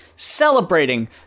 celebrating